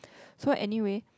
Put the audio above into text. so anywhere